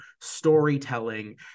storytelling